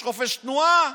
יש חופש תנועה,